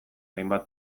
hainbat